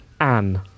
Anne